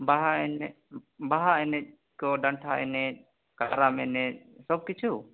ᱵᱟᱦᱟ ᱮᱱᱮᱡ ᱵᱟᱦᱟ ᱮᱱᱮᱡ ᱠᱚ ᱰᱟᱱᱴᱟ ᱮᱱᱮᱡ ᱠᱟᱨᱟᱢ ᱮᱱᱮᱡ ᱥᱚᱵ ᱠᱤᱪᱷᱩ